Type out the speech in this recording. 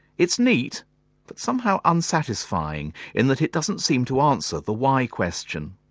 it's neat but somehow unsatisfying in that it doesn't seem to answer the why question.